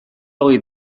hogei